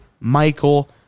Michael